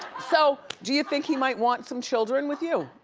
so do you think he might want some children with you?